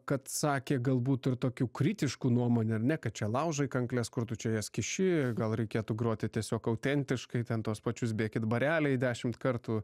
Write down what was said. kad sakė galbūt ir tokių kritiškų nuomonių ar ne kad čia laužai kankles kur tu čia jas kiši gal reikėtų groti tiesiog autentiškai ten tuos pačius bėkit bareliai dešimt kartų